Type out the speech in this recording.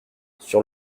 sur